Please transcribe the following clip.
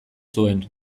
zuen